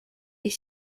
est